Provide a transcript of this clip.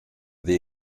the